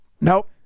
Nope